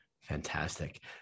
fantastic